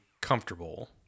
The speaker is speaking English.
comfortable